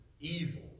evil